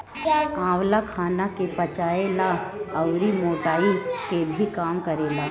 आंवला खाना के पचावे ला अउरी मोटाइ के भी कम करेला